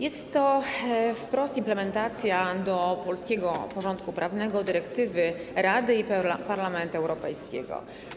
Jest to implementacja wprost do polskiego porządku prawnego dyrektywy Rady i Parlamentu Europejskiego.